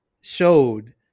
showed